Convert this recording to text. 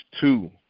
two